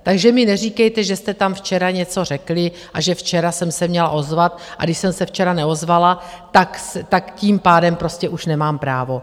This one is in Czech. Takže mi neříkejte, že jste tam včera něco řekli a že včera jsem se měla ozvat, a když jsem se včera neozvala, tak tím pádem prostě už nemám právo.